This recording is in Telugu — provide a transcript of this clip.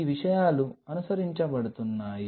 ఈ విషయాలు అనుసరించబడుతున్నాయి